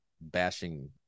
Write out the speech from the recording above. bashing